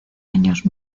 años